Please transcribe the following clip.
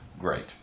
Great